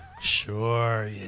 Sure